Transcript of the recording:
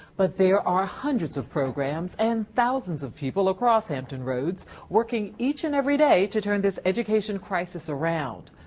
but there are hundreds of programs and thousands of people across hampton roads working each and every day to turn this education crisis around.